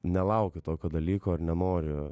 nelaukiu tokio dalyko ir nenoriu